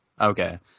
Okay